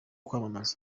kwamamara